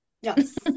Yes